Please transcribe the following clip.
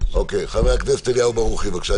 חבר הכנסת אליהו ברוכי, בבקשה.